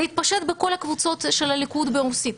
זה התפשט בכל הקבוצות של הליכוד ברוסית,